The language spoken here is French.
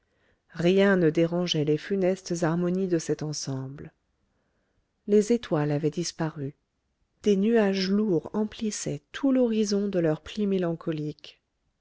rien ne dérangeait les funestes harmonies de cet ensemble les étoiles avaient disparu des nuages lourds emplissaient tout l'horizon de leurs plis mélancoliques